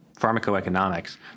pharmacoeconomics